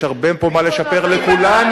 יש הרבה פה מה לשפר לכולנו,